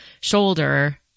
shoulder